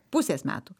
pusės metų